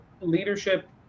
leadership